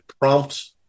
Prompt